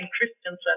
Christensen